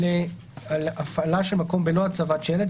על הפעלה של מקום בלא הצבת שלט.